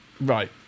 Right